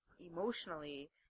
emotionally